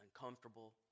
uncomfortable